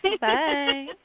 Bye